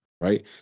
right